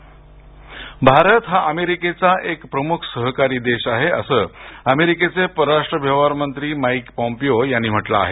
America Pompeo Bharat हा अमेरिकेचा एक प्रमुख सहकारी देश आहे असं अमेरिकेचे परराष्ट्र व्यवहार मंत्री माईक पोम्पिओ यांनी म्हटल आहे